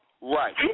Right